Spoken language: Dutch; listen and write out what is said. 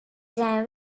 zijn